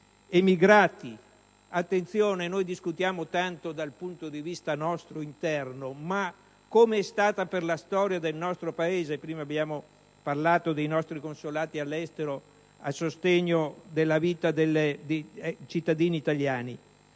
emigrati. Attenzione: noi discutiamo tanto dal punto di vista nostro interno, ma come è stato per la storia del nostro Paese (prima abbiamo parlato dei nostri consolati all'estero a sostegno della vita dei cittadini italiani),